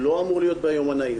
לא אמור להיות ביומנאי.